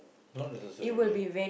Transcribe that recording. not necessarily